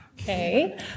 Okay